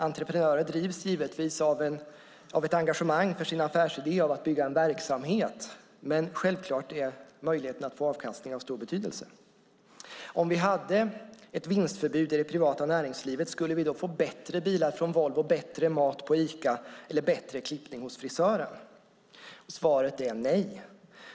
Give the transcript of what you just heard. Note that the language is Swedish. Entreprenörer drivs givetvis av ett engagemang för sin affärsidé, att bygga en verksamhet, men självklart är möjligheten att få avkastning av stor betydelse. Om vi hade ett vinstförbud i det privata näringslivet skulle vi då få bättre bilar från Volvo, bättre mat på Ica eller bättre klippning hos frisören? Svaret är nej.